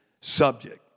subject